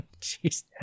Jeez